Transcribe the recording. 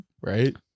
right